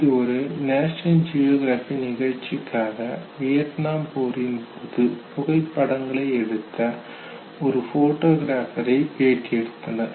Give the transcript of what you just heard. இது ஒரு national geography நிகழ்ச்சிக்காக வியட்நாம் போரின்போது புகைப்படங்களை எடுத்த ஒரு போட்டோகிராபரை பேட்டி எடுத்தனர்